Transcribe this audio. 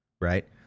right